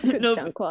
no